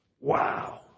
Wow